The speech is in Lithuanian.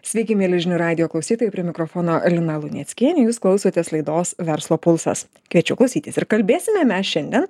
sveiki mieli žinių radijo klausytojai prie mikrofono lina luneckienė jūs klausotės laidos verslo pulsas kviečiu klausytis ir kalbėsime šiandien